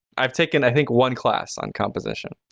i've taken, i think one class on composition.